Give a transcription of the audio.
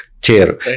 chair